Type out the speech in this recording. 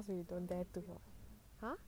cause we don't dare to watch !huh!